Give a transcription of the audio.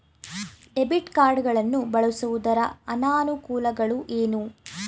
Debit card ಗಳನ್ನು ಬಳಸುವುದರ ಅನಾನುಕೂಲಗಳು ಏನು?